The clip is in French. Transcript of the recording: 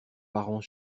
parents